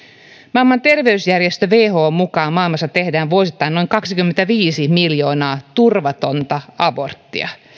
maailman terveysjärjestön whon mukaan maailmassa tehdään vuosittain noin kaksikymmentäviisi miljoonaa turvatonta aborttia